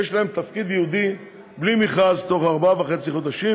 יש להם תפקיד ייעוד בלי מכרז בתוך ארבעה וחצי חודשים,